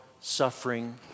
suffering